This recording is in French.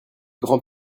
grands